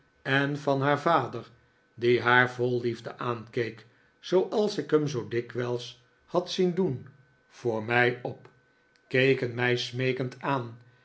en van haar vader die haar vol liefde aankeek zooals ik hem zoo dikwijls had zien doen voor mij op keken mij smeekend aan